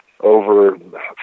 over